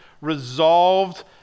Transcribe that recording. resolved